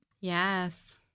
Yes